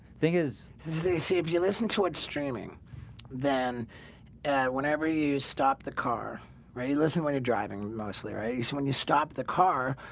thing is they see if you listen to it streaming then whenever you stop the car ready listen when you're driving mostly, right? so when you stop the car,